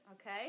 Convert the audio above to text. okay